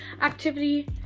activity